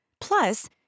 Plus